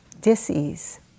dis-ease